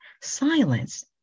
silence